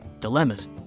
dilemmas